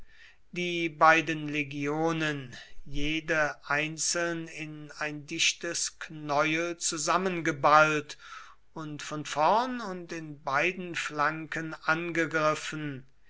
die beiden legionen jede einzeln in ein dichtes knäuel zusammengeballt und von vorn und in beiden flanken angegriffen